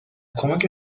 کمک